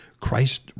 Christ